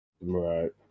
Right